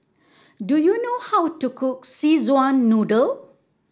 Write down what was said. do you know how to cook Szechuan Noodle